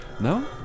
No